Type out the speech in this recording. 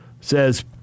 says